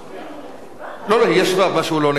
לא, לא, היא ישבה ומשהו לא נקלט שם.